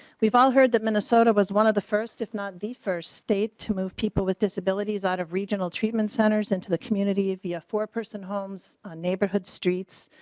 we've all heard that minnesota was one of the first if not the first state to move people with disabilities out of regional treatment centers into the community to be a foreperson homes on neighborhood streets.